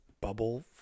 bubble